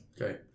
Okay